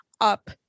up